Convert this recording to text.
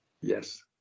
yes